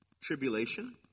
tribulation